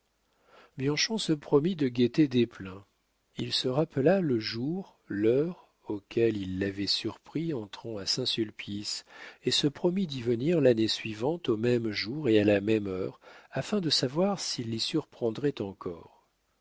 l'interne bianchon se promit de guetter desplein il se rappela le jour l'heure auxquels il l'avait surpris entrant à saint-sulpice et se promit d'y venir l'année suivante au même jour et à la même heure afin de savoir s'il l'y surprendrait encore